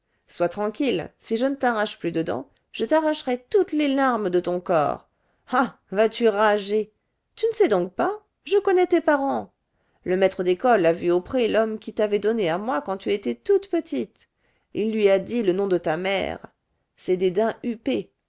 sois tranquille si je ne t'arrache plus de dents je t'arracherai toutes les larmes de ton corps ah vas-tu rager tu ne sais donc pas je connais tes parents le maître d'école a vu au pré l'homme qui t'avait donnée à moi quand tu étais toute petite il lui a dit le nom de ta mère c'est des daims huppés